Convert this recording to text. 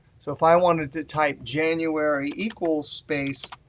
so if i wanted to type january, equals, space,